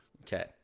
Okay